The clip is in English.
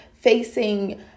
facing